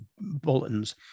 bulletins